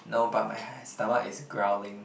no but my stomach is growling